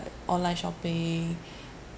online shopping